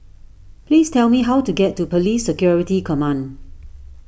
please tell me how to get to Police Security Command